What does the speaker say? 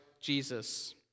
Jesus